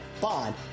bond